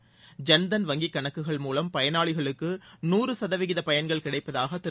ஐள் தன் வங்கிக் கணக்குகள் மூலம் பயணாளிகளுக்கு நூறு சதவிகித பயன்கள் கிடைப்பதாக திரு